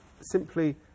simply